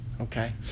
Okay